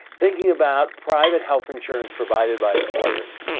thinking about private health insurance provided by employers,